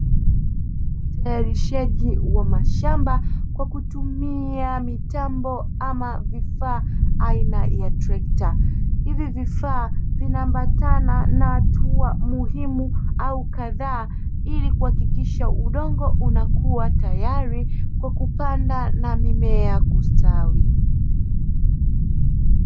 Utayarishaji wa mashamba kwa kutumia mitambo ama vifaa aina ya trekta. Hivi vifaa vinaambatana na hatua muhimu au kadhaa, ili kuhakikisha udongo unakuwa tayari, kwa kupanda na mimea kustawi.